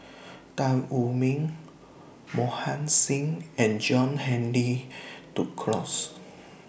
Tan Wu Meng Mohan Singh and John Henry Duclos